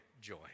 joy